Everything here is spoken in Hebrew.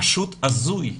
זה פשוט הזוי.